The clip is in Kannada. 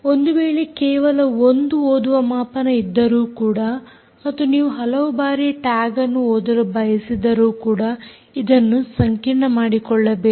ಒಂದು ವೇಳೆ ಕೇವಲ ಒಂದು ಓದುವ ಮಾಪನ ಇದ್ದರೂ ಕೂಡ ಮತ್ತು ನೀವು ಹಲವು ಬಾರಿ ಟ್ಯಾಗ್ ಅನ್ನು ಓದಲು ಬಯಸಿದರೂ ಕೂಡ ಇದನ್ನು ಸಂಕೀರ್ಣ ಮಾಡಿಕೊಳ್ಳಬೇಡಿ